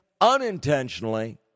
unintentionally